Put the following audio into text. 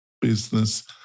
business